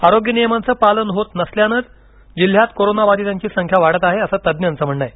आरोग्य नियमांचे पालन होत नसल्यानेच जिल्ह्यात कोरोना बधितांची संख्या वाढत आहे असे तज्ञांचे म्हणणे आहे